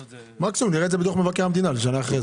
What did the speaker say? מקסימום נראה את זה בדוח מבקר המדינה לשנה אחרי זה.